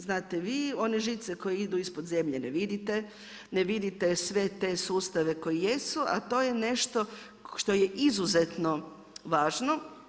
Znate, one žice koje idu ispod zemlje ne vidite, ne vidite sve te sustave koji jesu a to je nešto što je izuzetno važno.